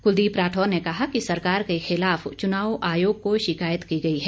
कुलदीप राठौर ने कहा कि सरकार के खिलाफ चुनाव आयोग को शिकायत की गई है